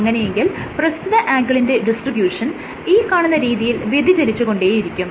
അങ്ങനെയെങ്കിൽ പ്രസ്തുത ആംഗിളിന്റെ ഡിസ്ട്രിബ്യുഷൻ ഈ കാണുന്ന രീതിയിൽ വ്യതിചലിച്ചു കൊണ്ടേയിരിക്കും